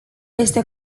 este